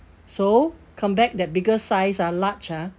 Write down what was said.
so come back the bigger size ah large ah